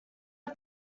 are